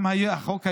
גם היה חוק היום,